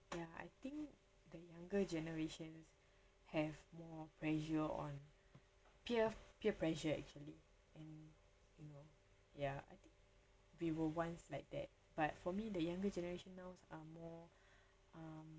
ya I think the younger generations have more pressure on peer peer pressure actually and you know ya I think we were once like that but for me the younger generation now's uh more um